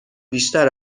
بیشتر